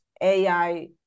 AI